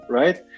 right